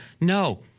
No